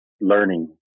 learning